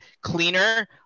cleaner